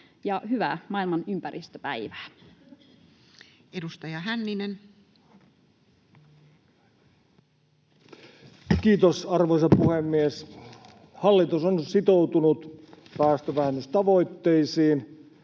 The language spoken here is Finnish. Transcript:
Hyvää maailman ympäristöpäivää! Edustaja Hänninen. Kiitos, arvoisa puhemies! Hallitus on sitoutunut päästövähennystavoitteisiin,